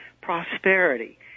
prosperity